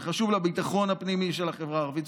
זה חשוב לביטחון הפנימי של החברה הערבית,